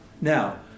Now